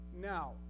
now